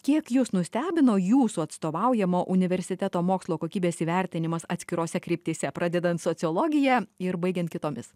kiek jus nustebino jūsų atstovaujamo universiteto mokslo kokybės įvertinimas atskirose kryptyse pradedant sociologija ir baigiant kitomis